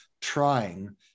trying